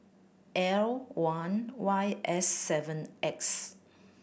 L one Y S seven X